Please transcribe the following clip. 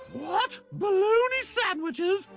what? baloney sandwiches?